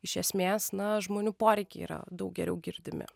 iš esmės na žmonių poreikiai yra daug geriau girdimi